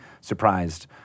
surprised